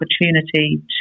opportunity